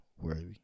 worthy